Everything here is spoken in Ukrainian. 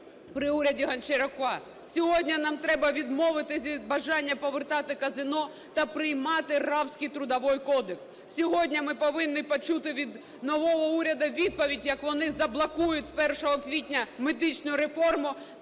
при уряді Гончарука. Сьогодні нам треба відмовитися від бажання повертати казино та приймати "рабський" Трудовий кодекс. Сьогодні ми повинні почути від нового уряду відповідь, як вони заблокують з 1 квітня медичну реформу